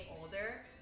older